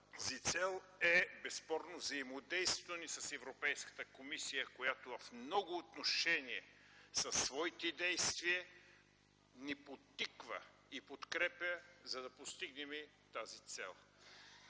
тази цел безспорно е взаимодействието ни с Европейската комисия, която в много отношения със своите действия ни подтиква и подкрепя, за да постигнем тази цел.